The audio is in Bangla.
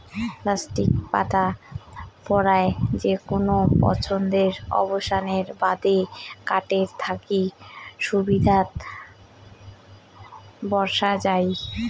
প্লাস্টিক পাটা পরায় যেকুনো পছন্দের অবস্থানের বাদে কাঠের থাকি সুবিধামতন বসাং যাই